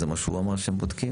זה מה שהוא אמר שהם בודקים?